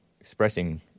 expressing